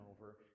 over